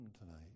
tonight